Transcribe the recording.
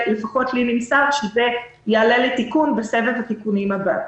לפחות לי נמסר שזה יעלה לתיקון בסבב התיקונים הבא.